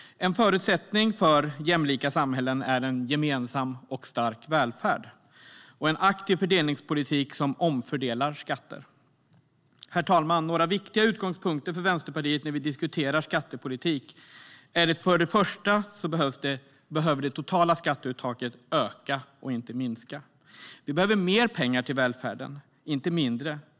En förutsättning för jämlika samhällen är en gemensam och stark välfärd och en aktiv fördelningspolitik med omfördelande skatter. Herr talman! Några viktiga utgångspunkter för Vänsterpartiet när vi diskuterar skattepolitik är för det första att det totala skatteuttaget behöver öka och inte minska. Vi behöver mer pengar till välfärden, inte mindre.